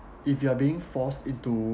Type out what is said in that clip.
if you are being forced into